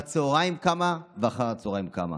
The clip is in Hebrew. בצוהריים כמה ואחר הצוהריים כמה.